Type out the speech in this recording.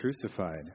crucified